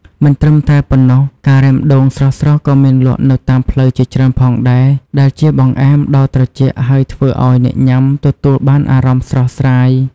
មិនត្រឹមតែប៉ុណ្ណោះ ការ៉េមដូង ស្រស់ៗក៏មានលក់នៅតាមផ្លូវជាច្រើនផងដែរ ដែលជាបង្អែមដ៏ត្រជាក់ហើយធ្វើឲ្យអ្នកញុាំទទួលបានអារម្មណ៍ស្រស់ស្រាយ។